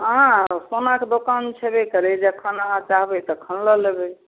अहाँ सोनाके दोकान छेबे करै जखन अहाँ चाहबै तखन लऽ लेबै